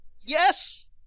Yes